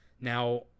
Now